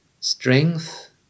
strength